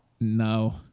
No